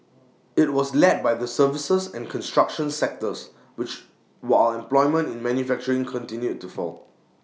IT was led by the services and construction sectors while employment in manufacturing continued to fall